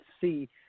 see